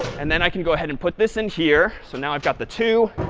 and then i can go ahead and put this in here. so now i've got the two.